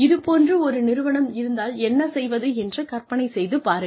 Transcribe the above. இது போன்று ஒரு நிறுவனம் இருந்தால் என்ன செய்வது என்று கற்பனை செய்து பாருங்கள்